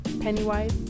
Pennywise